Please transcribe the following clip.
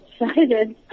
excited